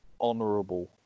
honorable